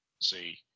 See